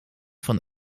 van